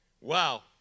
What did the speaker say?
Wow